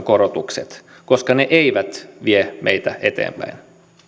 korotukset koska ne eivät vie meitä eteenpäin